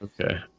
Okay